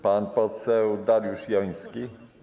Pan poseł Dariusz Joński.